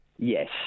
Yes